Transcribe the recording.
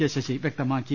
K Sasi വ്യക്തമാക്കി